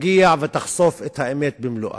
תגיע ותחשוף את האמת במלואה,